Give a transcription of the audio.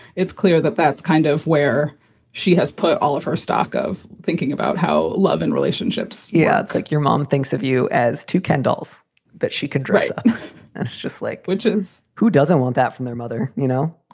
it's clear that that's kind of where she has put all of her stock of thinking about how love and relationships yeah. it's like your mom thinks of you as too kendalls that she can dress ah and just like witches. who doesn't want that from their mother, you know?